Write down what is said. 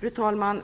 Fru talman!